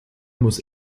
muss